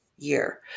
year